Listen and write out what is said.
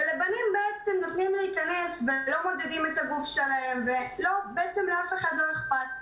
ולבנים נותנים להיכנס ולא מודדים את הגוף שלהם ובעצם לאף אחד לא אכפת.